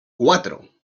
cuatro